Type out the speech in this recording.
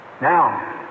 Now